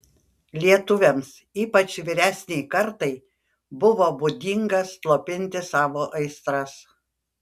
lietuviams ypač vyresnei kartai buvo būdinga slopinti savo aistras